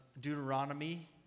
Deuteronomy